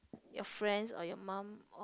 your friends or your mum